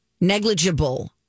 Negligible